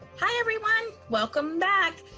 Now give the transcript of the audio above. hi everyone, welcome back.